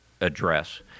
address